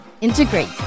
integrate